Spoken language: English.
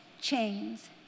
chains